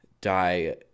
die